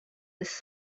this